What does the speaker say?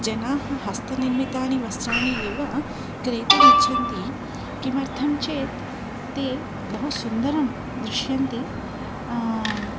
जनाः हस्त निर्मितानि वस्त्राणि एव क्रेतुम् इच्छन्ति किमर्थं चेत् ते बहु सुन्दरं दृश्यन्ति